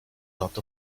dot